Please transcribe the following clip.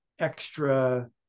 extra